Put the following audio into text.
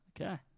Okay